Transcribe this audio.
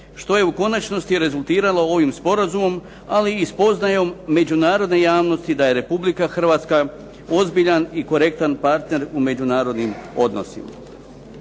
što je u konačnosti rezultiralo ovim sporazumom, ali i spoznajom međunarodne javnosti da je Republika Hrvatska ozbiljan i korektan partner u međunarodnim odnosima.